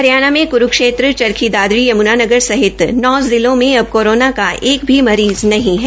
हरियाणा में कुरूक्षेत्र चरखी दादरी यमुनानगर सहित नौ जिलों में अबतक कोरोना का एक मरीज़ नहीं है